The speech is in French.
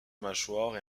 mâchoire